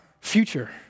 future